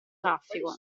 traffico